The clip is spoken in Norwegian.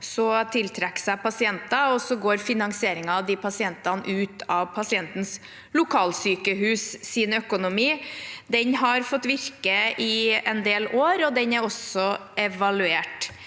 så tiltrekke seg pasienter, og så går finansieringen av de pasientene ut av pasientens lokalsykehus’ økonomi. Den ordningen har fått virke i en del år, og den er også evaluert.